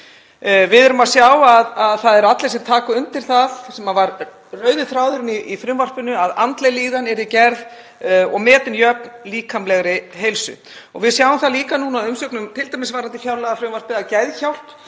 Við sjáum að það eru allir sem taka undir það sem var rauði þráðurinn í frumvarpinu, að andleg líðan verði metin jöfn líkamlegri heilsu. Við sjáum það líka núna í umsögnum t.d. varðandi fjárlagafrumvarpið að Geðhjálp